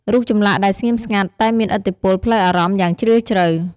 រូបចម្លាក់ដែលស្ងៀមស្ងាត់ តែមានឥទ្ធិពលផ្លូវអារម្មណ៍យ៉ាងជ្រាលជ្រៅ។